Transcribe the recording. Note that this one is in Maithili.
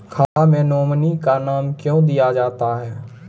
खाता मे नोमिनी का नाम क्यो दिया जाता हैं?